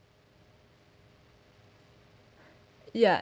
ya